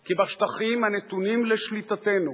כי בשטחים הנתונים לשליטתנו,